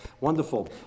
wonderful